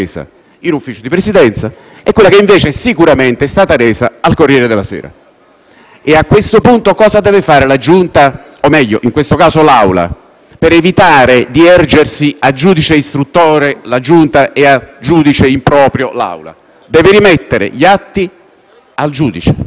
in Ufficio di Presidenza e quella che invece sicuramente è stata resa al «Corriere della Sera». A questo punto cosa deve fare la Giunta, o meglio in questo caso l'Aula, per evitare di ergersi a giudice istruttore (la Giunta) e a giudice improprio (l'Aula)? Deve rimettere gli atti al giudice.